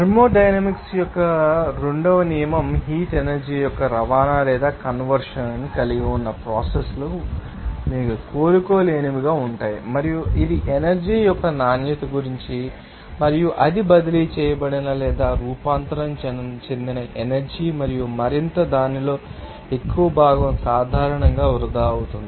thermodynamics యొక్క రెండవ నియమం హీట్ ఎనర్జీ యొక్క రవాణా లేదా కన్వర్షన్ ని కలిగి ఉన్న ప్రోసెస్ లు మీకు తెలుసని కోలుకోలేనివిగా ఉంటాయి మరియు ఇది ఎనర్జీ యొక్క నాణ్యత గురించి మరియు అది బదిలీ చేయబడిన లేదా రూపాంతరం చెందిన ఎనర్జీ మరియు మరింత దానిలో ఎక్కువ భాగం సాధారణంగా వృధా అవుతోంది